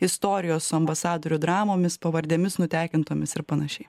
istorijos ambasadorių dramomis pavardėmis nutekintomis ir panašiai